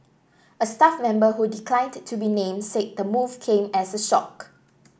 a staff member who declined to be named said the move came as a shock